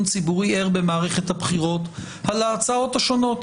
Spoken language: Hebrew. ציבורי ער במערכת הבחירות על ההצעות השונות.